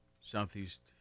Southeast